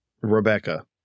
Rebecca